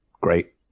Great